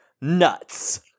nuts